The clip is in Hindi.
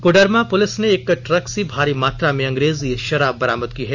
कोडरमा पुलिस ने एक ट्रक से भारी मात्रा में अंग्रेजी शराब बरामद की है